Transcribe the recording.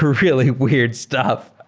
really weird stuff.